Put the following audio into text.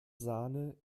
sahne